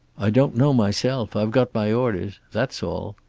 i don't know myself. i've got my orders. that's all.